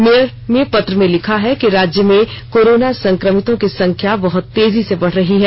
mayor में पत्र में लिखा है कि राज्य में कोरोना संक्रमितों की संख्या बहत तेजी से बढ़ रही है